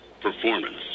performance